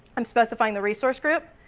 i'm specifying the resource group,